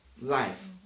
life